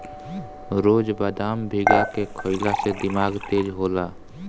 रोज बदाम भीगा के खइला से दिमाग तेज होला